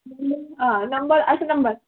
number अठ number